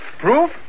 Proof